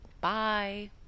Bye